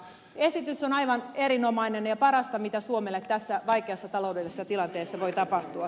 esitys on aivan erinomainen ja parasta mitä suomelle tässä vaikeassa taloudellisessa tilanteessa voi tapahtua